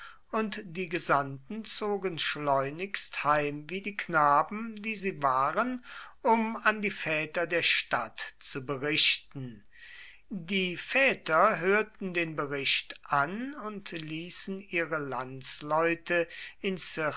und die gesandten zogen schleunigst heim wie die knaben die sie waren um an die väter der stadt zu berichten die väter hörten den bericht an und ließen ihre landsleute